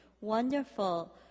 wonderful